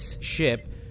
ship